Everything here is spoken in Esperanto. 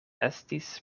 estis